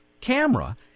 camera